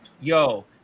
yo